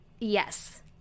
Yes